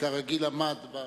שכרגיל עמד בזמן.